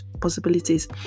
possibilities